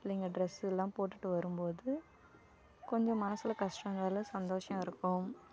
பிள்ளைங்க டிரெஸ்ஸுல்லாம் போட்டுகிட்டு வரும் போது கொஞ்ச மனதில் கஷ்டம் இருந்தாலும் சந்தோஷம் இருக்கும்